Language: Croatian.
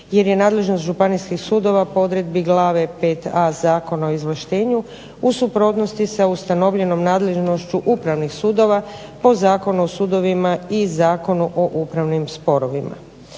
jer je nadležnost županijskih sudova po odredbi glave 5a Zakona o izvlaštenju u suprotnosti sa ustanovljenom nadležnošću upravnih sudova po Zakonu o sudovima i Zakonu o upravnim sporovima.